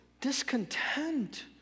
discontent